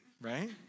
right